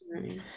right